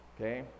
okay